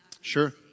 sure